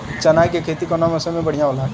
चना के खेती कउना मौसम मे बढ़ियां होला?